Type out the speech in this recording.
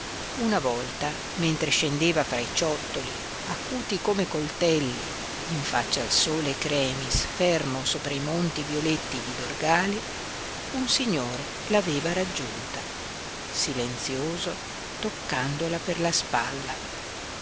una volta mentre scendeva fra i ciottoli acuti come coltelli in faccia al sole cremis fermo sopra i monti violetti di dorgali un signore l'aveva raggiunta silenzioso toccandola per la spalla